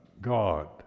God